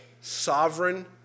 sovereign